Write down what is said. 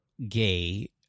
gay